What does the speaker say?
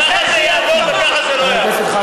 חבר הכנסת חזן,